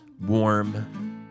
warm